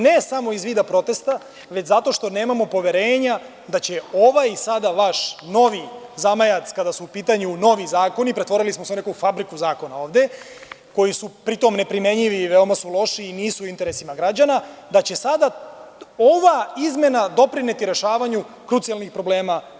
Ne samo iz vida protesta, već zato što nemamo poverenja da će ovaj sada vaš novi zamajac, kada su u pitanju novi zakoni, pretvorili smo se u neku fabriku zakona ovde, koji su pritom neprimenjivi i veoma su loši i nisu u interesu građana, da će ova izmena doprineti rešavanju krucijalnih problema.